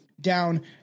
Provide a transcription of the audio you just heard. down